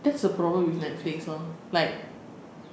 that's a problem with netflix lor like